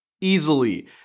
easily